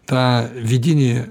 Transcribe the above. tą vidinį